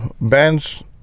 bands